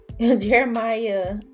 Jeremiah